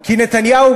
כי נתניהו,